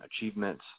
achievements